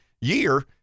year